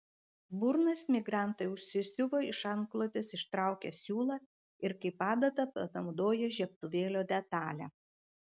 burnas migrantai užsisiuvo iš antklodės ištraukę siūlą ir kaip adatą panaudoję žiebtuvėlio detalę